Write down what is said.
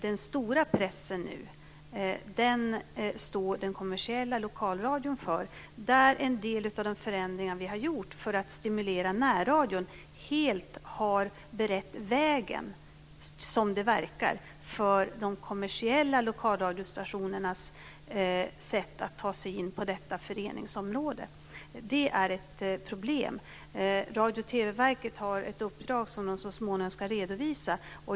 Den stora pressen står den kommersiella lokalradion för nu. En del av de förändringar som vi har gjort för att stimulera närradion har som det verkar helt berett vägen för de kommersiella lokalradiostationernas sätt att ta sig in på detta föreningsområde. Det är ett problem. Radio och TV-verket har ett uppdrag som det så småningom ska redovisa.